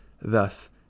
Thus